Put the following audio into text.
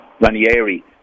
Ranieri